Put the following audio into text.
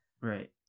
Right